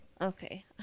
Okay